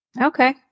Okay